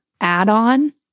add-on